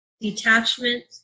detachment